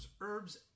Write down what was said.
Herbs